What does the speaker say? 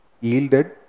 yielded